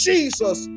Jesus